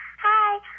Hi